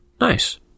Nice